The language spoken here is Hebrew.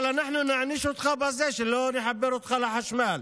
אבל אנחנו נעניש אותך בזה שלא נחבר אותך לחשמל.